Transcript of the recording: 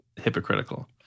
hypocritical